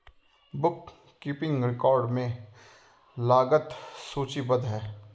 book keeping record में लागत सूचीबद्ध है